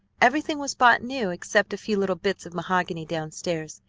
everything was bought new except a few little bits of mahogany down-stairs.